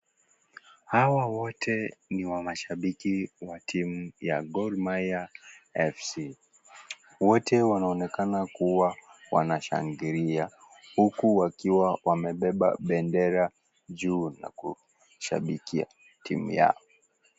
Hawa wote ni wa mashabiki wa timu ya Gor Mahia FC. Wote wanaonekana kuwa wanashangilia, huku wakiwa wamebeba bendera juu na kushabikia timu yao.